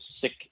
sick